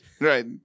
right